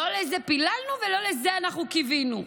לא לזה פיללנו ולא לזה אנחנו קיווינו.